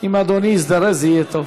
אם אדוני יזדרז זה יהיה טוב.